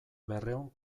berrehun